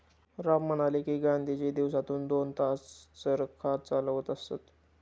राम म्हणाले की, गांधीजी दिवसातून दोन तास चरखा चालवत असत